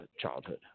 childhood